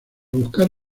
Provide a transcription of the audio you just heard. buscar